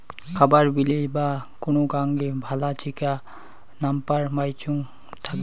খারাই বিলে বা কোন গাঙে ভালা চিকা নাম্পার পাইচুঙ থাকি